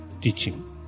teaching